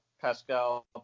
Pascal